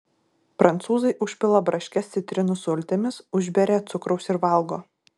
prancūzai užpila braškes citrinų sultimis užberia cukraus ir valgo